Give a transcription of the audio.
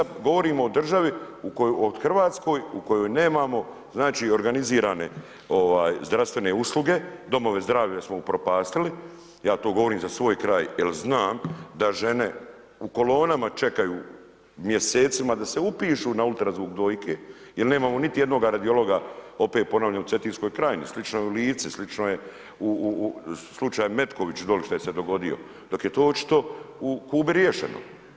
I mi sad govorimo o državi u koju, o Hrvatskoj u kojoj nemamo znači organizirane zdravstvene usluge, domove zdravlja smo upropastili, ja to govorim za svoj kraj jer znam da žene u kolonama čekaju mjesecima da se upišu na ultrazvuk dojke, jer nemamo niti jednoga radiologa, opet ponavljam u Cetinskoj krajini, slično je u Lici, slično je slučaj Metković dolje šta se je dogodio, dok je to očito u Kubi riješeno.